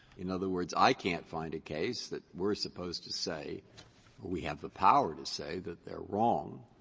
in other words, i can't find a case that we're supposed to say or we have the power to say that they're wrong,